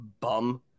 bum